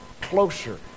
closer